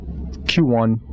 q1